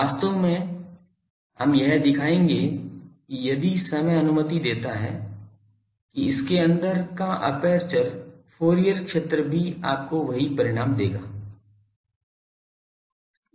वास्तव में हम यह दिखाएंगे यदि समय अनुमति देता है कि इसके अंदर का एपर्चर फूरियर क्षेत्र भी आपको वही परिणाम देता है